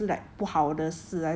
like 你买一个然后